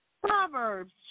Proverbs